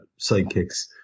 sidekicks